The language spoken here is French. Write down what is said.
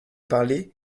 parlée